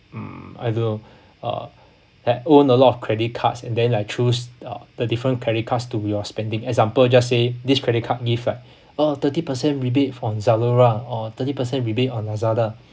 mm I don't know uh like own a lot of credit cards and then I choose uh the different credit cards to do your spending example just say this credit card give like oh thirty percent rebate from Zalora or thirty percent rebate on lazada